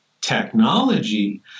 technology